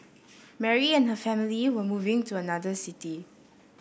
Mary and her family were moving to another city